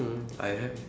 mm I have